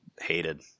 hated